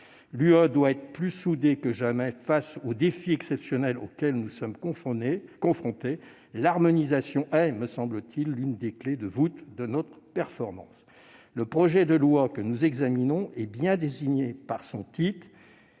doit être plus soudée que jamais face aux défis exceptionnels auxquels nous sommes confrontés. L'harmonisation est, me semble-t-il, l'une des clés de voûte de notre performance. Le projet de loi que nous examinons est bien désigné par son titre